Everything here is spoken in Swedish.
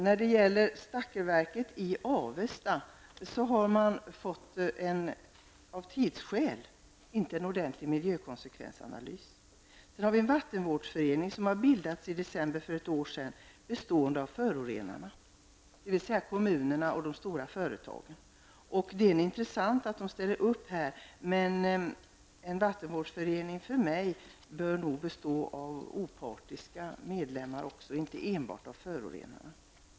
När det gäller stackelverket i Avesta har man av tidsskäl inte fått en ordentlig miljökonsekvensanalys. I december förra året bildades en vattenvårdsförening i vilken förorenarna ingår, dvs. kommunerna och de stora företagen. Det är intressant att de ställer upp i dessa sammanhang, men en vattenvårdsförening bör enligt min mening bestå av opartiska medlemmar och inte enbart av förorenarna.